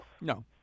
No